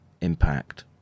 impact